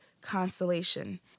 constellation